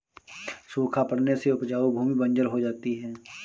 सूखा पड़ने से उपजाऊ भूमि बंजर हो जाती है